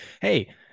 hey